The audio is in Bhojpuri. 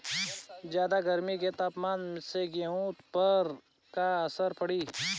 ज्यादा गर्मी के तापमान से गेहूँ पर का असर पड़ी?